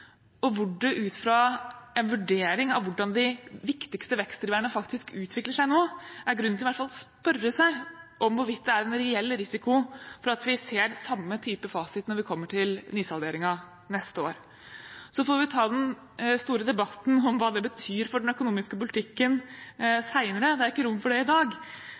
og hvor det ut fra en vurdering av hvordan de viktigste vekstdriverne faktisk utvikler seg nå, er grunn til i hvert fall å spørre seg om hvorvidt det er en reell risiko for at vi ser den samme type fasit når vi kommer til nysalderingen neste år. Så får vi ta den store debatten om hva det betyr for den økonomiske politikken, seinere. Det er ikke rom for det i dag.